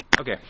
Okay